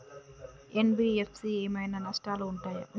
NBFC ఏమైనా నష్టాలు ఉంటయా?